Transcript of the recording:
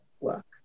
work